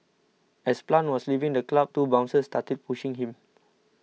as Plant was leaving the club two bouncers started pushing him